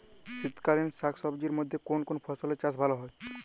শীতকালীন শাকসবজির মধ্যে কোন কোন ফসলের চাষ ভালো হয়?